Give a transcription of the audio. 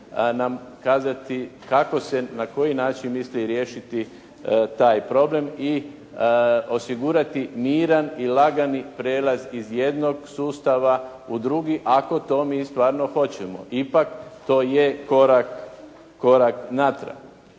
nam kazati kako se i na koji način misli riješiti taj problem i osigurati miran i lagani prijelaz iz jednog sustava u drugi ako to mi stvarno hoćemo. Ipak to je korak natrag.